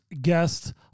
guest